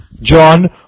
John